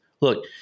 Look